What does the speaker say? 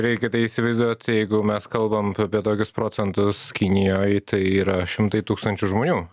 reikia tai įsivaizduot jeigu mes kalbam apie tokius procentus kinijoj tai yra šimtai tūkstančių žmonių